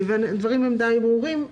הדברים די ברורים.